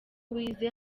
wize